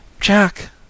Jack